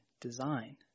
design